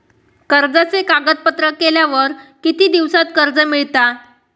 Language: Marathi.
कर्जाचे कागदपत्र केल्यावर किती दिवसात कर्ज मिळता?